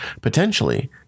Potentially